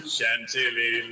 Chantilly